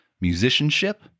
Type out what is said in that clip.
musicianship